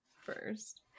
first